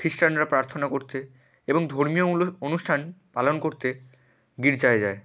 খ্রিস্টানরা প্রার্থনা করতে এবং ধর্মীয়মূলক অনুষ্ঠান পালন করতে গির্জায় যায়